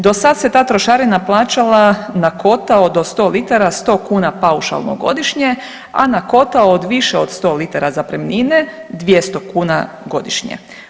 Do sad se ta trošarina plaćala na kotao do 100 litara 100 kuna paušalno godišnje, a na kotao od više od 100 litara zapremnine 200 kuna godišnje.